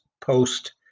Post